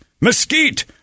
mesquite